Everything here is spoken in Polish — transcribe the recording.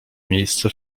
miejsce